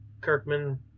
Kirkman